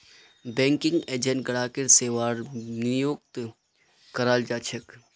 banking agent ग्राहकेर सेवार नियुक्त कराल जा छेक